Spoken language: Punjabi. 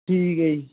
ਠੀਕ ਹੈ ਜੀ